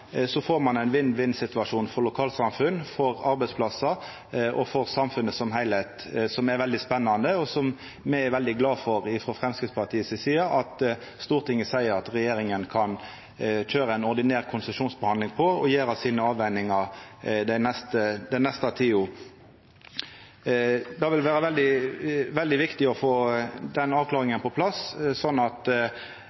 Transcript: får ein ein vinn-vinn-situasjon for lokalsamfunn, for arbeidsplassar og for samfunnet som heilskap som er veldig spennande, og som me frå Framstegspartiets side er veldig glade for at Stortinget seier ja til at regjeringa kan køyra ei ordinær konsesjonsbehandling på, og gjera avvegingane sine den neste tida. Det vil vera veldig viktig å få den